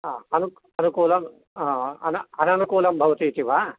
हा अनुकूलम् अननुकूलं भवति इति वा